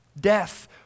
Death